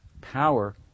power